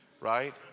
Right